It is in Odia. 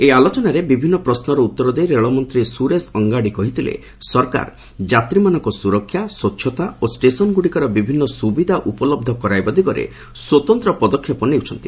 ଏହି ଆଲୋଚନାରେ ବିଭିନ୍ନ ପ୍ରଶ୍ୱର ଉତ୍ତର ଦେଇ ରେଳମନ୍ତ୍ରୀ ସ୍ବରେଶ ଅଙ୍ଗାଡ଼ି କହିଥିଲେ ସରକାର ଯାତ୍ରୀମାନଙ୍କ ସ୍ୱରକ୍ଷା ସ୍ୱଚ୍ଛତା ଓ ଷ୍ଟେସନ୍ଗୁଡ଼ିକରେ ବିଭିନ୍ନ ସୁବିଧା ଉପଲହ୍ଧ କରାଇବା ଦିଗରେ ସ୍ୱତନ୍ତ୍ର ପଦକ୍ଷେପ ନେଇଉଛନ୍ତି